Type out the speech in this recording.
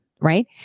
right